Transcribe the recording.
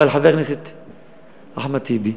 אבל, חבר הכנסת אחמד טיבי,